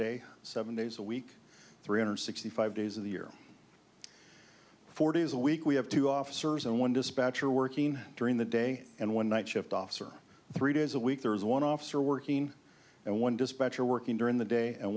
day seven days a week three hundred sixty five days of the year four days a week we have two officers and one dispatcher working during the day and one night shift officer three days a week there's one officer working and one dispatcher working during the day and